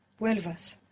vuelvas